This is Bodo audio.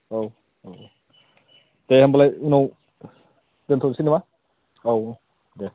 औ दे होमब्लालाय उनाव दोन्थ'नोसै नामा औ दे